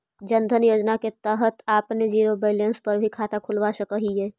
जन धन योजना के तहत आपने जीरो बैलेंस पर भी खाता खुलवा सकऽ हिअ